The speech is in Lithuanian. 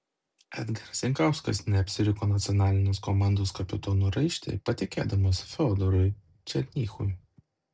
edgaras jankauskas neapsiriko nacionalinės komandos kapitono raištį patikėdamas fiodorui černychui